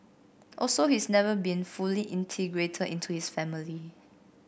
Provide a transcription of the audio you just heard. also he's never been fully integrated into his family